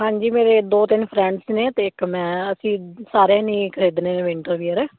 ਹਾਂਜੀ ਮੇਰੇ ਦੋ ਤਿੰਨ ਫਰੈਂਡਸ ਨੇ ਅਤੇ ਇੱਕ ਮੈਂ ਅਸੀਂ ਸਾਰਿਆਂ ਨੇ ਹੀ ਖਰੀਦਣੇ ਨੇ ਵਿੰਟਰ ਵੀਅਰ